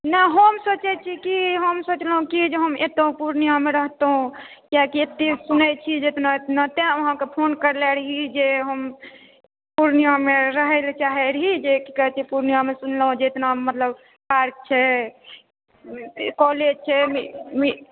नहि हम सोचै छी कि हम सोचलोंह कि हम एतए पूर्णियाँमे रहतोंह क्याकि सुनै छी इतना इतना तैं अहाँके फोन केने रहि जे हम पूर्णियाँमे रहै लए चाहै रही जे कि कहै छै पूर्णियाँ मे सुनलोहें जे इतना मतलब पार्क छै कॉलेज छै मि मि